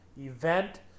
event